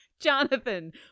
jonathan